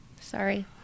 Sorry